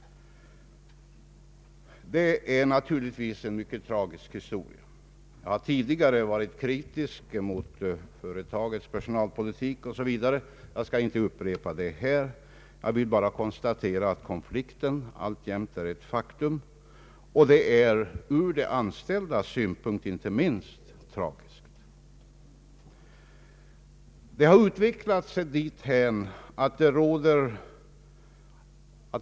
Det är naturligtvis en mycket tragisk historia. Jag har tidigare varit kritisk mot företagets personalpolitik o.v.s., och jag skall inte upprepa det här. Jag vill bara konstatera att konflikten alltjämt är ett faktum och att detta är tragiskt inte minst ur de anställdas synpunkt.